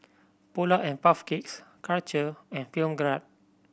Polar and Puff Cakes Karcher and Film Grade